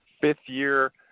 fifth-year